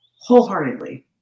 Wholeheartedly